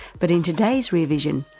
but in today's rear vision,